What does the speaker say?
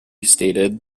stated